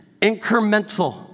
incremental